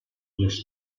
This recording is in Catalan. les